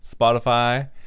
Spotify